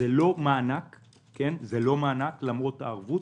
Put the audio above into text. זה לא מענק למרות הערבות,